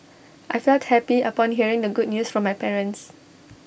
I felt happy upon hearing the good news from my parents